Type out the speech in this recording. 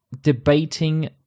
debating